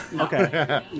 okay